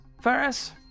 ferris